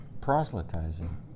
proselytizing